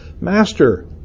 Master